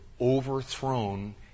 overthrown